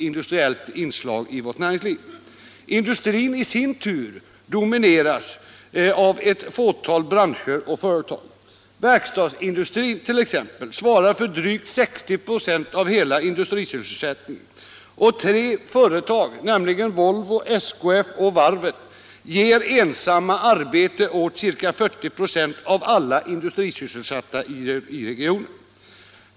Industrin domineras i sin tur av ett fåtal branscher och företag. Verkstadsindustrin svarar t.ex. för drygt 60 96 av hela industrisysselsättningen, och Volvo, SKF och varven ger ensamma arbete åt ca 40 96 av alla industrisysselsatta i regionen.